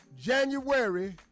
January